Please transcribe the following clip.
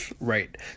Right